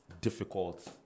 difficult